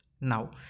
Now